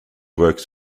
works